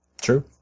True